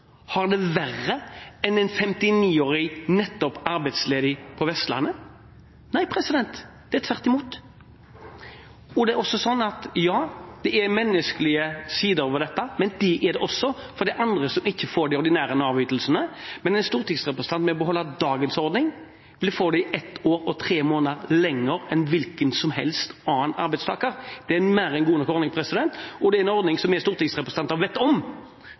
er menneskelige sider ved dette, men det er det også for de andre som ikke får de ordinære Nav-ytelsene. En stortingsrepresentant vil ved å beholde dagens ordning få det i ett år og tre måneder lenger enn en hvilken som helst annen arbeidstaker. Det er en mer enn god nok ordning, og det er en ordning som vi stortingsrepresentanter vet om